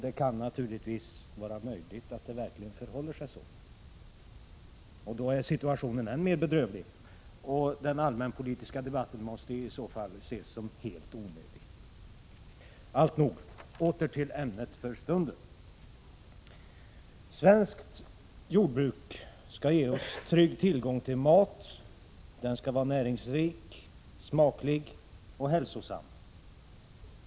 Det kan naturligtvis vara möjligt att det verkligen förhåller sig så. Då är situationen än mer bedrövlig, och den allmänpolitiska debatten måste i så fall ses som helt onödig. Allt nog — åter till ämnet för stunden. Svenskt jordbruk skall ge oss trygg tillgång till mat, och den skall vara näringsrik, smaklig och hälsosam.